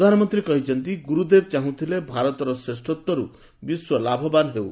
ପ୍ରଧାନମନ୍ତ୍ରୀ କହିଛନ୍ତି ଗୁରୁଦେବ ଚାହୁଁଥିଲେ ଭାରତର ଶ୍ରେଷତ୍ୱରୁ ବିଶ୍ୱ ଲାଭବାନ୍ ହେଉ